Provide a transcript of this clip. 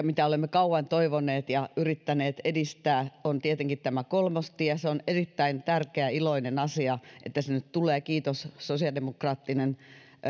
mitä olemme kauan toivoneet ja yrittäneet edistää on tietenkin tämä kolmostie se on erittäin tärkeä ja iloinen asia että se nyt tulee kiitos sosiaalidemokraattinen